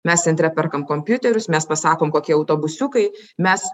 mes centre perkam kompiuterius mes pasakom kokie autobusiukai mes